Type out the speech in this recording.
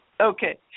Okay